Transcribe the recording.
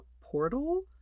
portal